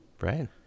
right